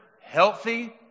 healthy